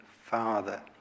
Father